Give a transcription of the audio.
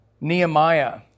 Nehemiah